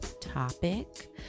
topic